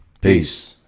peace